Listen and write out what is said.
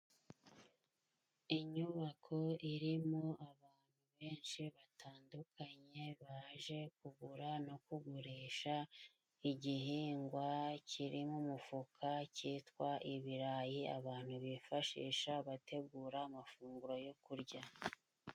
Inyubako irimo abantu benshi batandukanye baje kugura no kugurisha igihingwa kiri mu mufuka cyitwa ibirayi, abantu bifashisha bategura amafunguro yo kurya.